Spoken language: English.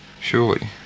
Surely